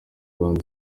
rwanda